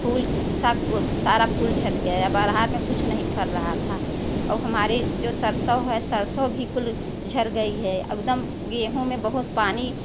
फूल सारा फूल झड़ गया है बाहर में कुछ नहीं फर रहा था और हमारे जो सरसों है सरसों भी कुल झड़ गई है एकदम गेहूँ में बहुत पानी